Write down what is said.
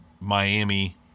Miami